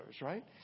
right